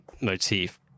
motif